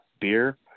beer